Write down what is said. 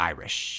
Irish